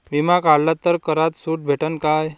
बिमा काढला तर करात सूट भेटन काय?